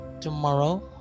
tomorrow